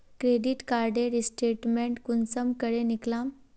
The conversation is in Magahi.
क्रेडिट कार्डेर स्टेटमेंट कुंसम करे निकलाम?